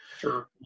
Sure